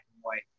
white